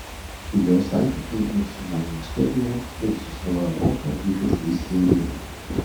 jo santykiai ir su meno istorija ir su savo epocha ypač vaisingi